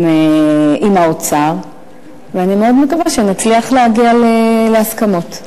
עם האוצר, ואני מאוד מקווה שנצליח להגיע להסכמות.